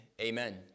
Amen